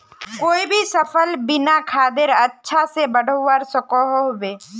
कोई भी सफल बिना खादेर अच्छा से बढ़वार सकोहो होबे?